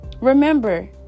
Remember